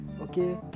Okay